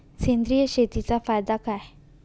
सेंद्रिय शेतीचा फायदा काय?